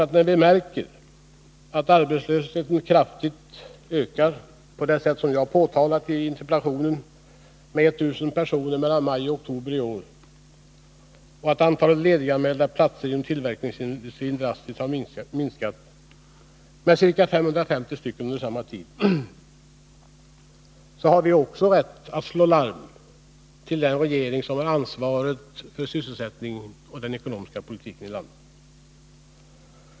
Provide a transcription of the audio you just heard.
Men när vi märker att arbetslösheten kraftigt har ökat, på sätt som jag har omtalat i interpellationen, med 1000 personer mellan maj och oktober i år och att antalet lediganmälda platser inom tillverkningsindustrin drastiskt har minskat med ca 550 under samma tid, har vi också rätt att slå larm hos den regering som har ansvaret för sysselsättningen och den ekonomiska politiken i landet.